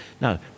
Now